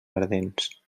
ardents